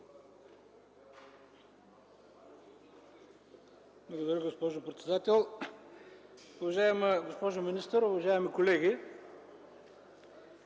Благодаря, госпожо председател. Уважаема госпожо министър, уважаеми колеги!